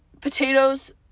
potatoes